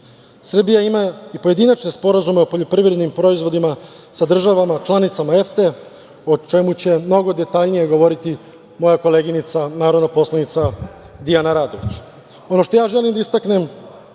ima i pojedinačne sporazume o poljoprivrednim proizvodima sa državama članicama EFTA, a o čemu će mnogo detaljnije govoriti moja koleginica, narodna poslanica Dijana Radović. Ono što ja želim da istaknem